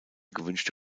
gewünschte